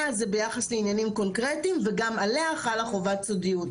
זה ביחס לעניינים קונקרטיים וגם עליה חלה חובת סודיות.